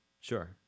sure